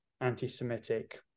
anti-Semitic